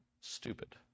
Stupid